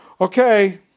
okay